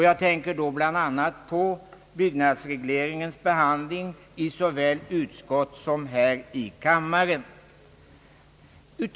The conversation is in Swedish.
Jag tänker bl.a. på byggnadsregleringens behandling såväl i utskottet som här i kammaren.